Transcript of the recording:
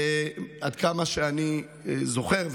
עד כמה שאני זוכר,